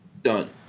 Done